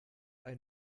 ein